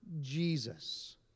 Jesus